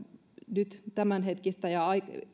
nyt tämänhetkistä ja